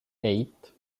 eight